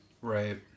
Right